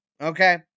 Okay